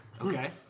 Okay